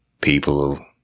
people